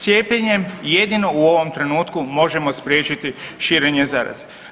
Cijepljenjem jedino u ovom trenutku možemo spriječiti širenje zaraze.